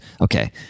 okay